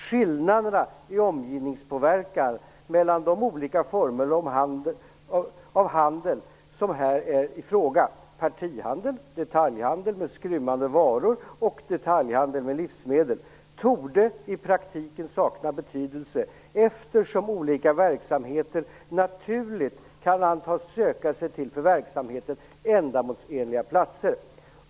Skillnaderna i omgivningspåverkan mellan de olika former av handel som här är i fråga, partihandel, detaljhandel med skrymmande varor och detaljhandel med livsmedel, torde i praktiken sakna betydelse, eftersom olika verksamheter naturligt kan antas söka sig till för verksamheten ändamålsenliga platser.